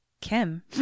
Kim